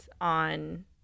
on